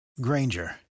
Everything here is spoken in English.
Granger